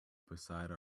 beside